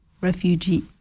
refugee